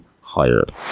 hired